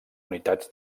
unitats